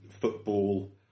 football